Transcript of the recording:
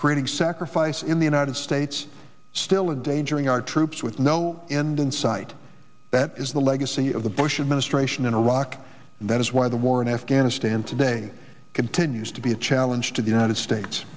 creating sacrifice in the united states still a danger in our troops with no end in sight that is the legacy of the bush administration in iraq and that is why the war in afghanistan today continues to be a challenge to the united states